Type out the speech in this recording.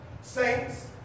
saints